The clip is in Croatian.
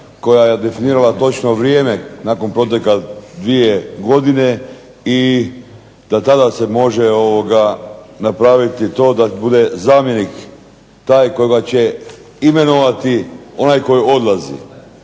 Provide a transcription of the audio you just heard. koja je definirala točno vrijeme nakon proteka dvije godine i da tada se može napraviti to da bude zamjenik onaj kojega će imenovati onaj koji odlazi.